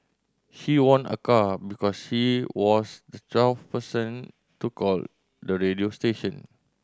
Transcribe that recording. she won a car because she was the twelfth person to call the radio station